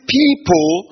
people